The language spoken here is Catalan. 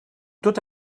tot